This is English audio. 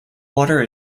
water